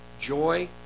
joy